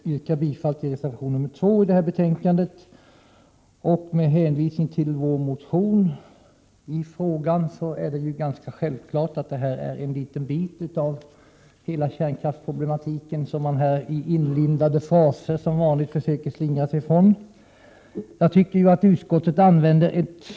Fru talman! Jag yrkar bifall till reservation 2 i betänkandet. Med hänvisning till vår motion i frågan vill jag säga att det är ganska självklart att utskottet här som vanligt, i inlindade fraser, försöker slingra sig ifrån en liten del av kärnkraftsproblematiken.